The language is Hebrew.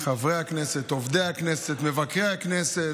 חברי הכנסת, עובדי הכנסת, מבקרי הכנסת.